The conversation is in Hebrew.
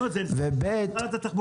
לא, זה נשלח לשרת התחבורה.